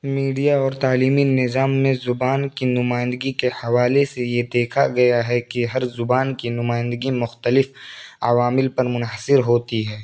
media اور تعلیمی نظام میں زبان کی نمائندگی کے حوالے سے یہ دیکھا گیا ہے کہ ہر زبان کی نمائندگی مختلف عوامل پر منحصر ہوتی ہے